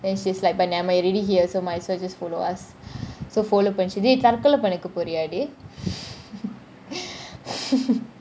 then she's like but nevermind I'm already here so might as well just follow us so follow பனிச்சி டேய் தற்கொள்ள பணிக்க போராடி :panichi dei tharkolla panika poriyadi